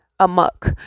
amok